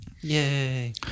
Yay